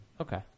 Okay